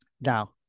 Now